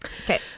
Okay